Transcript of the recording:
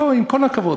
בואי, עם כל הכבוד.